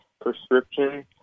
prescription